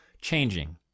changing